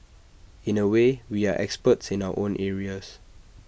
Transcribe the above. in A way we are experts in our own areas